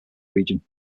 region